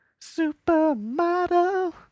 supermodel